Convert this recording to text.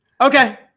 Okay